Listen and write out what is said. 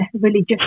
religious